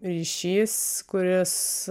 ryšys kuris